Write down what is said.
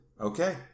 Okay